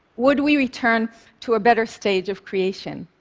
would we return to a better state of creation?